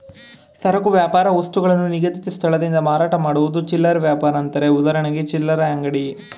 ಸರಕು ವ್ಯಾಪಾರ ವಸ್ತುಗಳನ್ನು ನಿಗದಿತ ಸ್ಥಳದಿಂದ ಮಾರಾಟ ಮಾಡುವುದು ಚಿಲ್ಲರೆ ವ್ಯಾಪಾರ ಅಂತಾರೆ ಉದಾಹರಣೆ ಚಿಲ್ಲರೆ ಅಂಗಡಿ